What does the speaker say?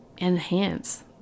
enhance